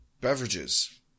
beverages